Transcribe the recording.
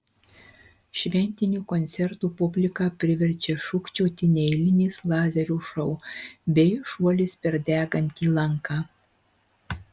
šventinių koncertų publiką priverčia šūkčioti neeilinis lazerių šou bei šuolis per degantį lanką